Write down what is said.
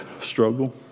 struggle